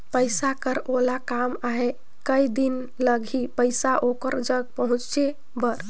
पइसा कर ओला काम आहे कये दिन लगही पइसा ओकर जग पहुंचे बर?